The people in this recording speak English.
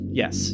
yes